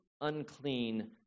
unclean